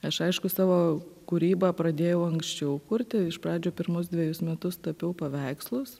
aš aišku savo kūrybą pradėjau anksčiau kurti iš pradžių pirmus dvejus metus tapiau paveikslus